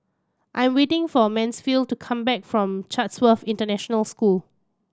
I am waiting for Mansfield to come back from Chatsworth International School